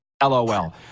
LOL